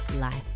life